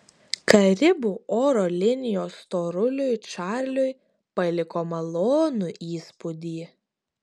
karibų oro linijos storuliui čarliui paliko malonų įspūdį